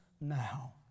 now